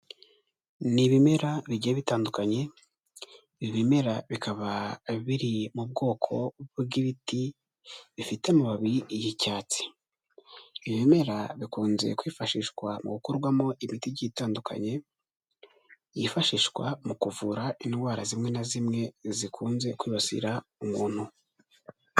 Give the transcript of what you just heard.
Ni ibimera bigiye bitandukanye, ibi bimera bikaba biri mu bwoko bw'ibiti bifite amababi y'icyatsi. Ibi bimera bikunze kwifashishwa mu gukorwamo imiti igiye itandukanye, yifashishwa mu kuvura indwara zimwe na zimwe zikunze kwibasira umuntu.